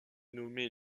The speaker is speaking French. nommée